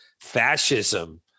fascism